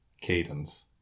cadence